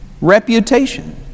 reputation